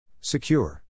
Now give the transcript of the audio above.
Secure